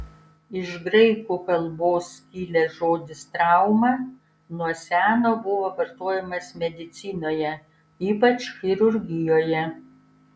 iš graikų kalbos kilęs žodis trauma nuo seno buvo vartojamas medicinoje ypač chirurgijoje